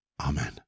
Amen